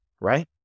right